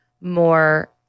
more